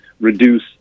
reduce